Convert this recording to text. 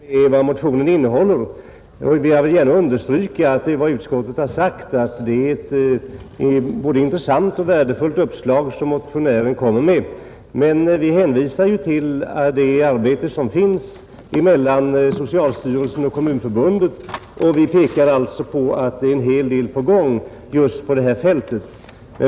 Fru talman! Jag vill bara notera att motionären själv har angivit att det finns en hel del problem förknippade med motionens innehåll. Jag vill understryka utskottets uttalande att det är ett både intressant och värdefullt uppslag som motionären för fram. Men vi hänvisar också till det samarbete som finns mellan socialstyrelsen och Kommunförbundet och pekar på att det är en hel del på gång just på detta fält.